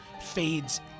fades